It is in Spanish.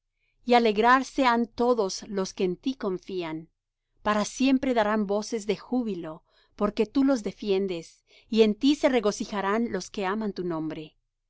y alegrarse han todos los que en ti confían para siempre darán voces de júbilo porque tú los defiendes y en ti se regocijarán los que aman tu nombre